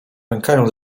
pękają